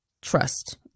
trust